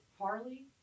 Harley